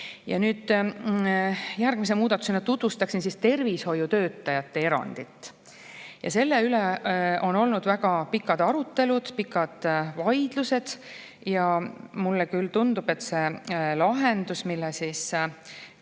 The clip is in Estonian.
näha. Järgmise muudatusena tutvustan tervishoiutöötajate erandit. Selle üle on olnud väga pikad arutelud, pikad vaidlused. Mulle küll tundub, et see lahendus, mille eelmine